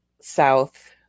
south